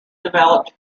developed